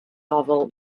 novel